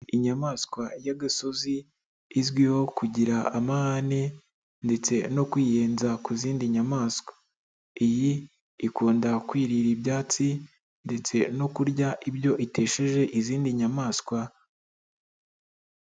Inyamaswa y'agasozi izwiho kugira amahane ndetse no kwiyenza ku zindi nyamaswa, iyi ikunda kwirira ibyatsi ndetse no kurya ibyo itesheje izindi nyamaswa.